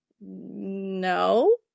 no